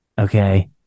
Okay